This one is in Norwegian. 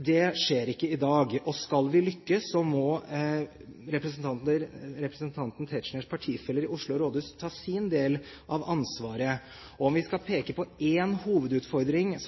Det skjer ikke i dag. Skal vi lykkes, må representantens Tetzschners partifeller i Oslo rådhus ta sin del av ansvaret. Om vi skal peke på tre hovedutfordringer,